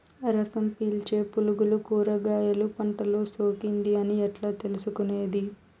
రసం పీల్చే పులుగులు కూరగాయలు పంటలో సోకింది అని ఎట్లా తెలుసుకునేది?